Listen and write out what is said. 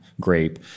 grape